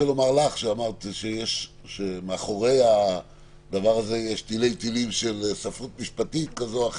אמרת שיש מאחורי הדבר הזה תילי תילים של ספרות משפטית כזו או אחרת,